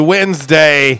Wednesday